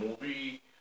movie